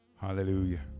Hallelujah